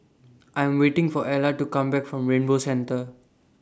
I Am waiting For Ella to Come Back from Rainbow Centre